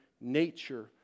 nature